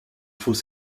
faux